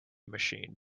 machine